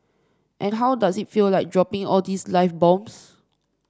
and how does it feel like dropping all these live bombs